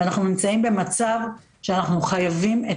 ואנחנו נמצאים במצב שאנחנו חייבים את